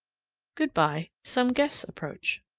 good-by some guests approach.